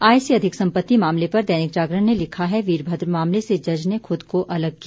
आय से अधिक संपति मामले पर दैनिक जागरण ने लिखा है वीरभद्र मामले से जज ने खुद को अलग किया